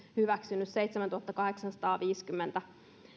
hyväksynyt seitsemäntuhattakahdeksansataaviisikymmentä